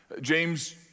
James